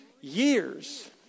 years